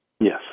Yes